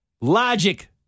Logic